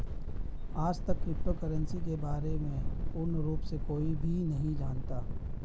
आजतक cryptocurrency के बारे में पूर्ण रूप से कोई भी नहीं जानता है